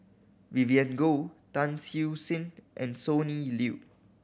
Vivien Goh Tan Siew Sin and Sonny Liew